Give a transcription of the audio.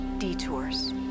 detours